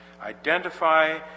Identify